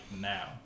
now